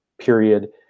period